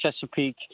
chesapeake